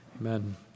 Amen